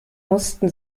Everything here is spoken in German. mussten